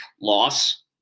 loss